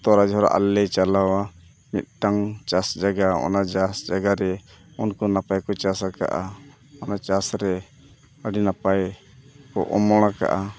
ᱛᱳᱲᱡᱷᱳᱲ ᱟᱞᱮᱞᱮ ᱪᱟᱞᱟᱣᱟ ᱢᱤᱫᱴᱟᱝ ᱪᱟᱥ ᱞᱟᱹᱜᱤᱫ ᱚᱱᱟ ᱪᱟᱥ ᱡᱟᱭᱜᱟᱨᱮ ᱩᱱᱠᱩ ᱱᱟᱯᱟᱭ ᱠᱚ ᱪᱟᱥ ᱠᱟᱜᱼᱟ ᱚᱱᱟ ᱪᱟᱥ ᱨᱮ ᱟᱹᱰᱤ ᱱᱟᱯᱟᱭ ᱠᱚ ᱚᱢᱚᱲ ᱠᱟᱜᱼᱟ